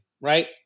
Right